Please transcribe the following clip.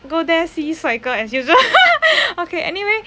go there see 帅哥 as usual okay anyway